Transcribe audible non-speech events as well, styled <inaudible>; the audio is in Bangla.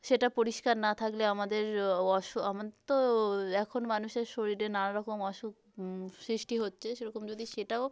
সেটা পরিষ্কার না থাকলে আমাদের <unintelligible> আমাদের তো এখন মানুষের শরীরে নানা রকম অসুখ সৃষ্টি হচ্ছে সেরকম যদি সেটাও